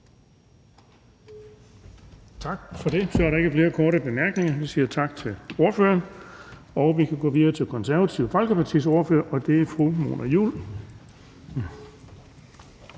Tak for det. Så er der ikke flere korte bemærkninger. Vi siger tak til ordføreren. Vi kan gå videre til Det Konservative Folkepartis ordfører, og det er fru Mona Juul.